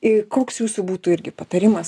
ir koks jūsų būtų irgi patarimas